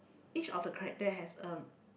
each of the character has a